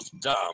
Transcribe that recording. dumb